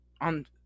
on